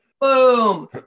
Boom